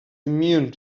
immune